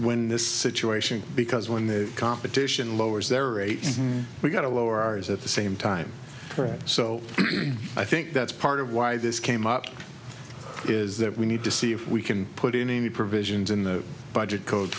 when this situation because when the competition lowers their rate we're going to lower ours at the same time so i think that's part of why this came up is that we need to see if we can put in any provisions in the budget code